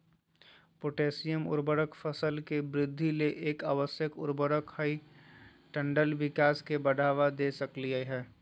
potassium उर्वरक फसल के वृद्धि ले एक आवश्यक उर्वरक हई डंठल विकास के बढ़ावा दे सकई हई